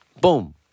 boom